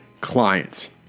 clients